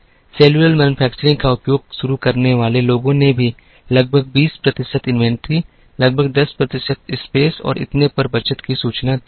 cellular manufacturing का उपयोग शुरू करने वाले लोगों ने भी लगभग 20 प्रतिशत इन्वेंट्री लगभग 10 प्रतिशत स्पेस और इतने पर बचत की सूचना दी है